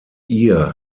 ihr